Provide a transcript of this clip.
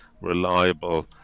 reliable